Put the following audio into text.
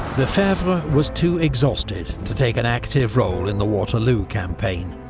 lefebvre was too exhausted to take an active role in the waterloo campaign,